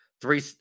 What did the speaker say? three